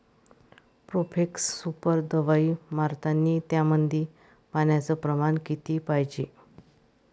Profex super दवाई मारतानी त्यामंदी पान्याचं प्रमाण किती पायजे?